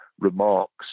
remarks